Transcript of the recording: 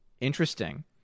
Interesting